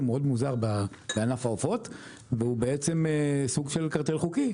מאוד מוזר בענף העופות והוא סוג של קרטל חוקי,